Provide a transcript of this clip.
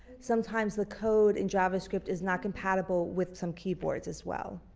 sometimes the code in javascript is not compatible with some keyboards as well.